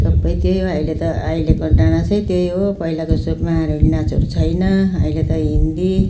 सबै त्यही हो अहिले त अहिलेको डान्सै त्यही हो पहिलाको जस्तो मारुनी नाचहरू छैन अहिले त हिन्दी